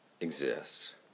exists